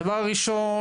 דבר ראשון,